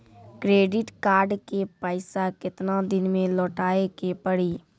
Credit card के पैसा केतना दिन मे लौटाए के पड़ी?